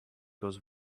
goes